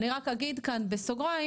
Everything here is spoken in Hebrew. אני רק אגיד כאן בסוגריים,